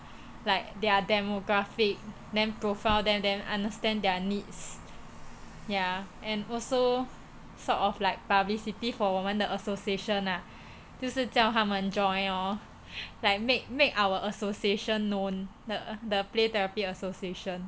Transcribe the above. like their demographic then profile them then understand their needs ya and also sort of like publicity for 我们的 association ah 就是叫他们 join lor like make make our association known the the play therapy association